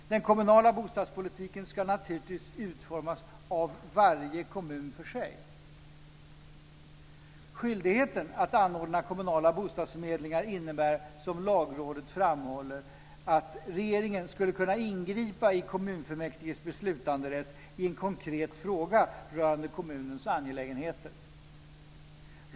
Den kommunala bostadspolitiken ska naturligtvis utformas av varje kommun för sig. Skyldigheten att anordna kommunala bostadsförmedlingar innebär, som Lagrådet framhåller, att regeringen skulle kunna ingripa i kommunfullmäktiges beslutanderätt i en konkret fråga rörande kommunens angelägenheter.